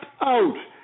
out